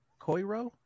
Koiro